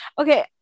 Okay